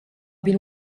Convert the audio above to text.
been